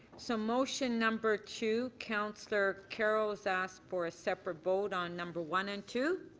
so motion number two councillor carroll has asked for a separate vote on number one and two.